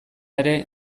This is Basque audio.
ere